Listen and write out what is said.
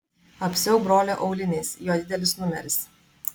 apsiauk brolio auliniais jo didelis numeris